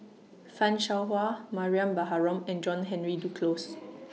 fan Shao Hua Mariam Baharom and John Henry Duclos